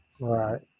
right